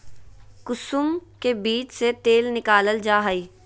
कुसुम के बीज से तेल निकालल जा हइ